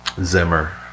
Zimmer